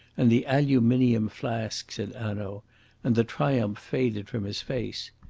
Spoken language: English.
and the aluminium flask, said hanaud and the triumph faded from his face.